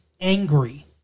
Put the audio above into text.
angry